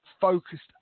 focused